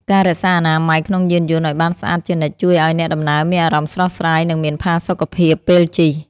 ការរក្សាអនាម័យក្នុងយានយន្តឱ្យបានស្អាតជានិច្ចជួយឱ្យអ្នកដំណើរមានអារម្មណ៍ស្រស់ស្រាយ និងមានផាសុកភាពពេលជិះ។